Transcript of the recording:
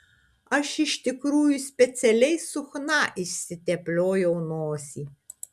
aš iš tikrųjų specialiai su chna išsitepliojau nosį